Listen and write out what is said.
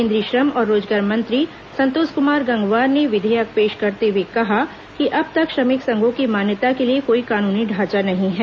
केंद्रीय श्रम और रोजगार मंत्री संतोष कुमार गंगवार ने विधेयक पेश करते हुए कहा कि अब तक श्रमिक संघों की मान्यता के लिए कोई कानूनी ढांचा नहीं है